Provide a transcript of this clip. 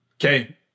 Okay